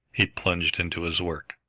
he plunged into his work.